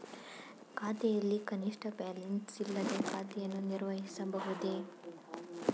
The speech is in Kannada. ಖಾತೆಯಲ್ಲಿ ಕನಿಷ್ಠ ಬ್ಯಾಲೆನ್ಸ್ ಇಲ್ಲದೆ ಖಾತೆಯನ್ನು ನಿರ್ವಹಿಸಬಹುದೇ?